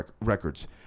records